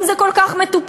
אם זה כל כך מטופל,